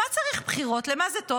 למה צריך בחירות, למה זה טוב?